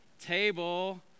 table